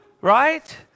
Right